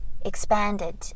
expanded